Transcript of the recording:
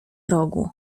rogu